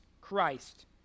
Christ